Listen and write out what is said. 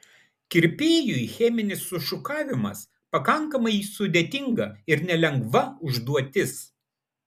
kirpėjui cheminis sušukavimas pakankamai sudėtinga ir nelengva užduotis